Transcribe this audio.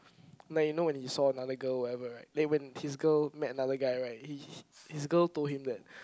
like you know when he saw another girl or whatever right then when his girl met another guy right he he his girl told him that